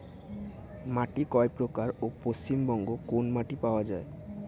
মাটি কয় প্রকার ও পশ্চিমবঙ্গ কোন মাটি পাওয়া য়ায়?